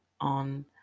on